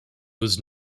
was